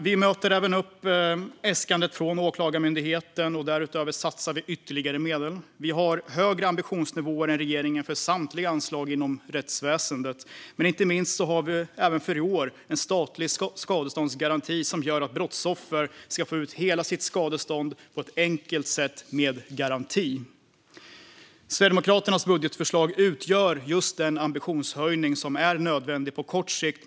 Vi möter även upp äskandet från Åklagarmyndigheten, och därutöver satsar vi ytterligare medel. Vi har högre ambitionsnivåer än regeringen för samtliga anslag inom rättsväsendet. Men inte minst har vi även för i år en statlig skadeståndsgaranti som gör att brottsoffer ska få ut hela sitt skadestånd på ett enkelt sätt med garantin. Sverigedemokraternas budgetförslag utgör just den ambitionshöjning som är nödvändig på kort sikt.